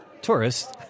tourists